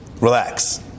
Relax